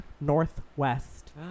Northwest